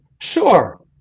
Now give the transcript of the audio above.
Sure